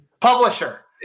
Publisher